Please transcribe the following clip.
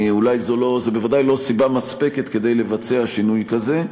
בוודאי לא סיבה מספקת לבצע שינוי כזה.